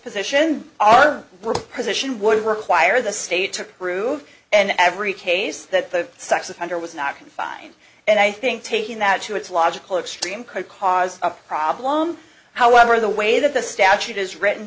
position our position would require the state to prove and every case that the sex offender was not confined and i think taking that to its logical extreme could cause a problem however the way that the statute is written